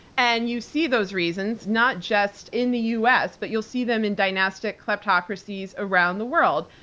and you see those reasons not just in the us, but you'll see them in dynastic kleptocracies around the world.